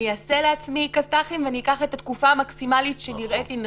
אני אעשה לעצמי כסת"חים ואני אקח את התקופה המקסימלית שנראית לי נכון.